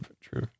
true